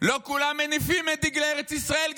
ולא כולם מניפים את דגלי ארץ ישראל,